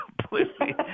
completely